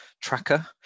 tracker